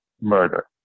murder